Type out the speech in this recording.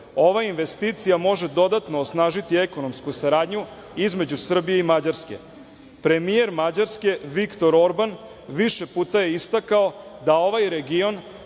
Ova investicija može dodatno osnažiti ekonomsku saradnju između Srbije i Mađarske. Premijer Mađarske Viktor Orban više puta je istakao da ovaj region